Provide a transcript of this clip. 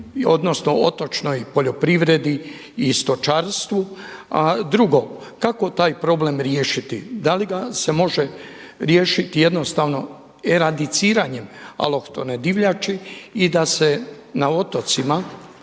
odnosno otočnoj poljoprivredi i stočarstvu. A drugo, kako taj problem riješiti? Da li ga se može riješiti jednostavno eradiciranjem alohtone divljači i da se na otocima